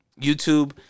YouTube